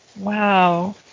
Wow